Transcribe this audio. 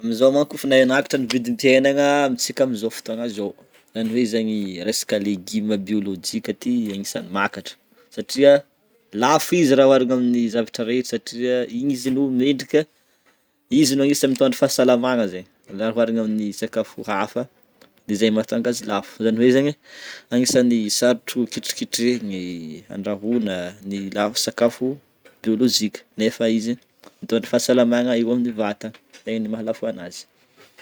Amizao manko efa ne niakatra ny vidimpiegnana amizao fotoagna zao, izy zagny resaka légume biolojika ty anisany miakatra satria lafo izy ra hoarina amin'ny zavatra rehetra satria igny izy no mendrika, izy no agnisany mitondra fasalamana zegny ra hoarina amin'ny sakafo afa ze no mahantonga azy lafo, zany hoe zany agnisany sarotry ketreketreigny andrahoana ny lafo sakafo biolojika nefa izy mitondra fasalamana eo amin'ny vatagna zegny no mahalafo ananjy.